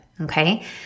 Okay